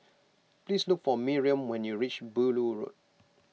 please look for Miriam when you reach Beaulieu Road